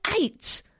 eight